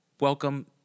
Welcome